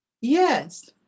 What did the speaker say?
Yes